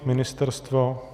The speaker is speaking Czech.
Ministerstvo?